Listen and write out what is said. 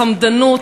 של חמדנות,